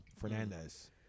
Fernandez